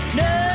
no